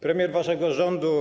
Premier waszego rządu.